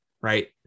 Right